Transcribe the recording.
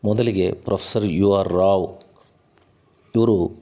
ಮೊದಲಿಗೆ professor U R Rao ಇವರು